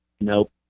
nope